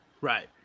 Right